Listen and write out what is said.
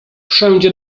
wszędzie